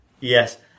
Yes